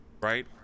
right